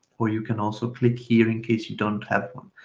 or you can also click here in case you don't have one.